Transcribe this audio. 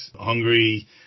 Hungary